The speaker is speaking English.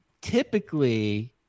typically